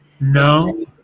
No